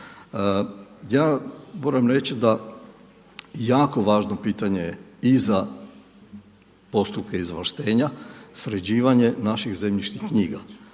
Ja moram reći da jako važno pitanje i za postupke izvlaštenja, sređivanje naših zemljišnih knjiga.